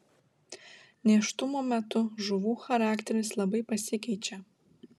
nėštumo metu žuvų charakteris labai pasikeičia